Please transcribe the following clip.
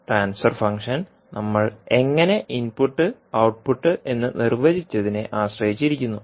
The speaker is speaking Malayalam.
ട്രാൻസ്ഫർ ഫംഗ്ഷൻ നമ്മൾ എങ്ങനെ ഇൻപുട്ട് ഔട്ട്പുട്ട് എന്ന് നിർവചിച്ചതിനെ ആശ്രയിച്ചിരിക്കുന്നു